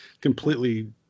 completely